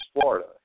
Florida